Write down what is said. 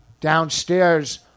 downstairs